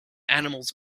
animals